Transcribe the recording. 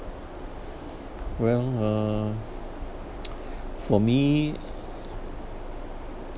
well uh for me